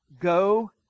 go